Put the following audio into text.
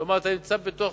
כלומר, אתה נמצא בתוך